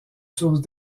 sources